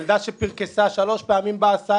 ילדה שפרכסה שלוש פעמים בהסעה,